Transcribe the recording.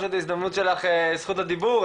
פשוט בהזדמנות שיש לך את זכות הדיבור,